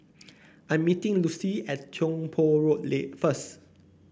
I'm meeting Lucille at Tiong Poh Road Lee first